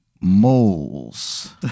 Moles